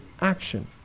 action